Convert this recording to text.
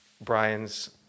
Brian's